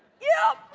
yeah,